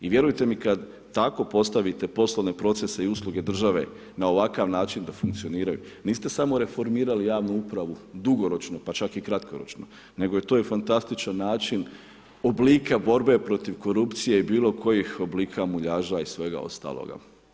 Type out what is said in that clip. I vjerujte mi kada tako postavite poslovne procese i usluge države na ovakav način da funkcioniraju, niste samo reformirali javnu upravu, dugoročno, pa čak i kratkoročno, nego je to fantastičan način oblika borbe protiv korupcije i bilo kojih oblika muljaža i svega ostaloga.